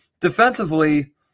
defensively